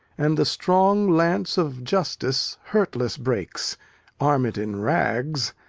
and the strong lance of justice hurtless breaks arm it in rags,